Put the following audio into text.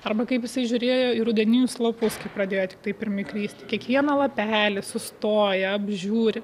arba kaip jisai žiūrėjo į rudeninius lapus kai pradėjo tai pirmi krist kiekvieną lapelį sustoja apžiūri